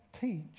teach